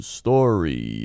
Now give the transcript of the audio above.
story